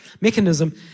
mechanism